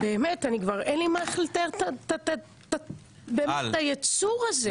באמת, כבר אין לי איך לתאר את הייצור הזה.